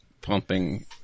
pumping